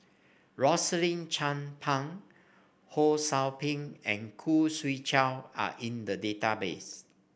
Rosaline Chan Pang Ho Sou Ping and Khoo Swee Chiow are in the database